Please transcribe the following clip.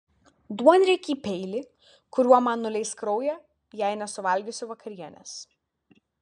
duonriekį peilį kuriuo man nuleis kraują jei nesuvalgysiu vakarienės